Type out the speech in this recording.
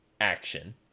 action